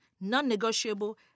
Non-negotiable